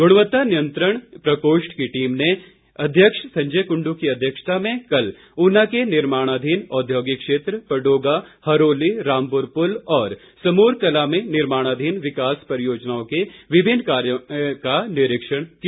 गुणवत्ता नियंत्रण प्रकोष्ठ की टीम ने अध्यक्ष संजय कुंडू की अध्यक्षता में कल ऊना के निर्माणाधीन औद्योगिक क्षेत्र पडोगा हरोली रामपुर पुल और समूरकलां में निर्माणाधीन विकास परियोजनाओं के विभिन्न कार्यों का निरीक्षण किया